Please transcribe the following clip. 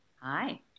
Hi